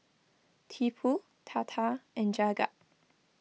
Tipu Tata and Jagat